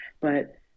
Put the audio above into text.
but-